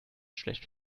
schlecht